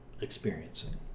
Experiencing